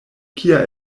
kia